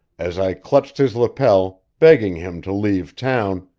as i clutched his lapel, begging him to leave town,